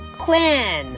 clan